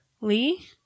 Lee